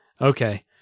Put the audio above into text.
Okay